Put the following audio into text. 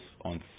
on